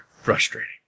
Frustrating